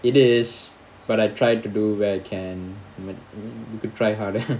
it is but I tried to do what I can you could try harder